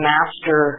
Master